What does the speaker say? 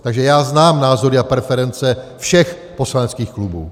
Takže já znám názory a preference všech poslaneckých klubů.